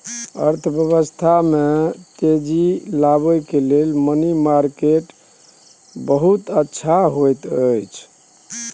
अर्थव्यवस्था में तेजी आनय मे मनी मार्केट केर खास भूमिका होइ छै